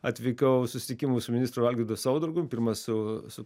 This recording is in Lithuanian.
atvykau susitikimui su ministru algirdu saudargu pirma su su